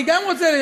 גם אני רוצה.